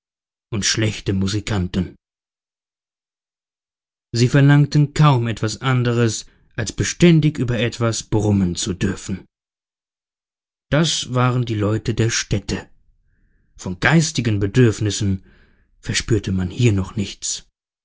und schlechte musikanten sie verlangten kaum etwas anderes als beständig über etwas brummen zu dürfen das waren die leute der städte von geistigen bedürfnissen verspürte man hier noch nichts